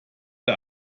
die